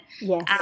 Yes